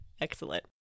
Excellent